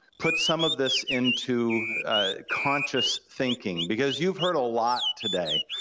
put some of this into conscious thinking, because you've heard a lot today,